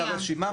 --- רשימה.